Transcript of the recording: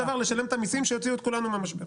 דבר לשלם את המיסים שיוציאו את כולנו מהמשבר.